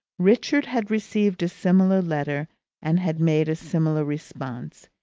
richard had received a similar letter and had made a similar response.